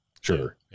sure